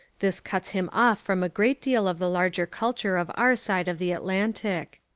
this cuts him off from a great deal of the larger culture of our side of the atlantic.